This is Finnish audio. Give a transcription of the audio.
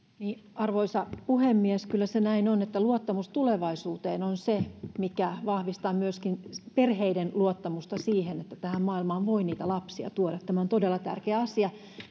arvoisa puhemies kyllä se näin on että luottamus tulevaisuuteen on se mikä vahvistaa myöskin perheiden luottamusta siihen että tähän maailmaan voi niitä lapsia tuoda tämä on todella tärkeä asia